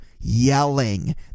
yelling